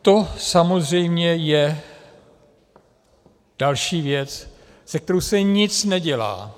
To je samozřejmě další věc, se kterou se nic nedělá.